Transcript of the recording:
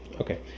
Okay